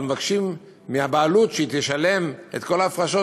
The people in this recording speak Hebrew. אבל מבקשים מהבעלות שהיא תשלם את כל ההפרשות